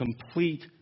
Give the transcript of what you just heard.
complete